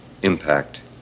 impact